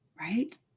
Right